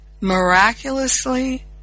miraculously